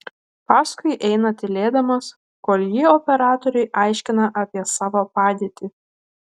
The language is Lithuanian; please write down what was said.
paskui eina tylėdamas kol ji operatoriui aiškina apie savo padėtį